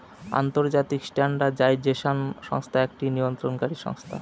আন্তর্জাতিক স্ট্যান্ডার্ডাইজেশন সংস্থা একটি নিয়ন্ত্রণকারী সংস্থা